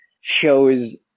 shows